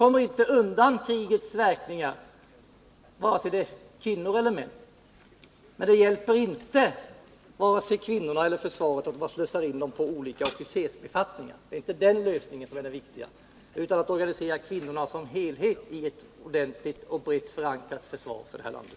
Men det hjälper varken kvinnorna eller försvaret att man slussar in dem på olika officersbefattningar. Det är inte det som är det viktiga utan det är att organisera kvinnorna som helhet i ett ordentligt och brett förankrat försvar för det här landet.